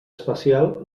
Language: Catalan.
especial